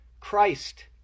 Christ